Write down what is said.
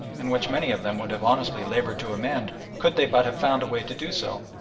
and which many of them would have honestly laboured to amend could they but have found a way to do so.